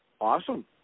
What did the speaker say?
Awesome